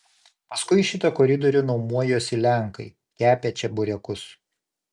paskui šitą koridorių nuomojosi lenkai kepę čeburekus